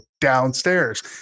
downstairs